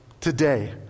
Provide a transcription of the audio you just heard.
today